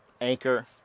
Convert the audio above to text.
anchor